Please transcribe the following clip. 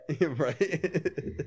right